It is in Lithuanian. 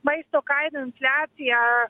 maisto kainų infliacija